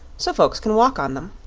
so folks can walk on them.